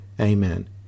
Amen